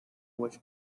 which